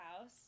house